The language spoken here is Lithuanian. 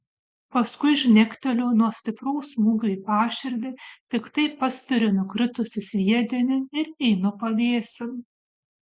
paskui žnekteliu nuo stipraus smūgio į paširdį piktai paspiriu nukritusį sviedinį ir einu pavėsin